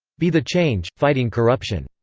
be the change fighting corruption.